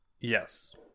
Yes